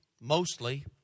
Mostly